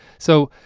so,